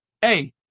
hey